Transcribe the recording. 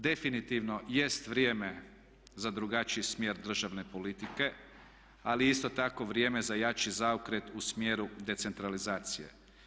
Definitivno jest vrijeme za drugačiji smjer državne politike, ali je isto tako vrijeme za jači zaokret u smjeru decentralizacije.